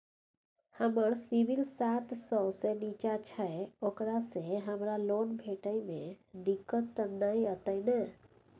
हमर सिबिल सात सौ से निचा छै ओकरा से हमरा लोन भेटय में दिक्कत त नय अयतै ने?